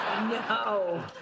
No